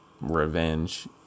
revenge